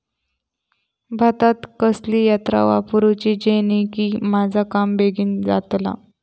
भातात कसली यांत्रा वापरुची जेनेकी माझा काम बेगीन जातला?